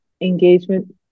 engagement